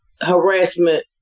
harassment